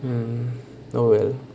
um oh well